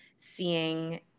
Seeing